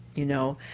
you know,